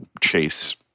chase